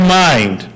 mind